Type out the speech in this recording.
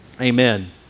amen